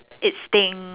its sting